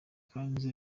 kandi